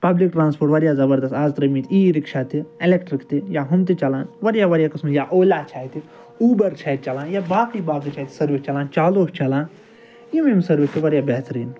public transport واریاہ زبردَست آز ترٛٲیمِتۍ ای رِکشہ تہِ ایٚلِکٹِرٛک تہِ یا ہُم تہِ چلان واریاہ واریاہ قٕسمہ یا اولا چھِ اَتہِ اوٗبَر چھِ اَتہِ چلان یا باقٕے باقٕے چھِ اَتہِ سٔروِس چلان چالُو چلان یِم یِم سٔروِس چھِ واریاہ بہتریٖن